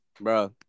bro